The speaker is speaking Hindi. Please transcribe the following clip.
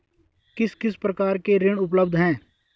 किस किस प्रकार के ऋण उपलब्ध हैं?